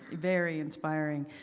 very inspiring.